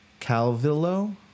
Calvillo